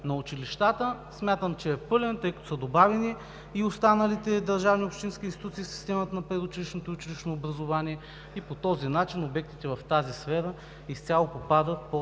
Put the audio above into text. на училищата. Смятам, че е пълен, тъй като са добавени и останалите държавни и общински институции в системата на предучилищното и училищно образование и по този начин обектите в тази сфера изцяло попадат под